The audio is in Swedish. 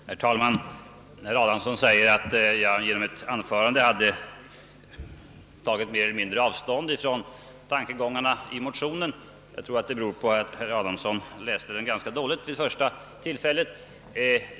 Herr talman! Herr Adamsson säger att jag genom mitt anförande mer eller mindre har tagit avstånd från tankegångarna i motionen, Jag tror att den uppfattningen beror på att herr Adamsson har läst motionen ganska dåligt.